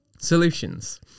solutions